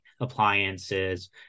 appliances